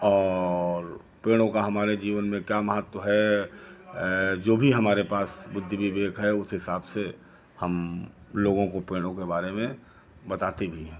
और पेड़ों का हमारे जीवन में क्या महत्व है जो भी हमारे पास बुद्धि विवेक है उस हिसाब से हम लोगों को पेड़ों के बारे में बताते भी हैं